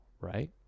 right